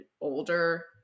older